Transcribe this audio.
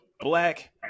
Black